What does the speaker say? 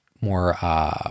more